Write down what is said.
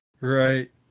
Right